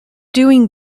doing